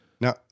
Now